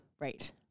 Right